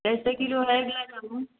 कैसे किलो है गुलाबजामुन